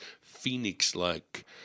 Phoenix-like